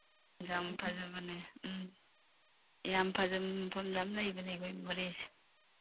ꯌꯥꯝ ꯐꯖꯕꯅꯦ ꯎꯝ ꯌꯥꯝ ꯐꯖꯕ ꯃꯐꯝ ꯌꯥꯝ ꯂꯩꯕꯅꯦ ꯑꯩꯈꯣꯏ ꯃꯣꯔꯦꯁꯦ